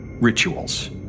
rituals